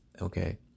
Okay